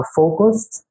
focused